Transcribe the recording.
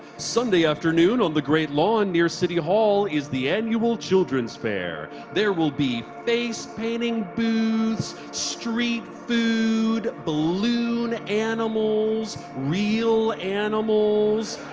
sunday afternoon on the great lawn near city hall is the annual children's fair. there will be face painting, food, street food, balloon animals, real animals.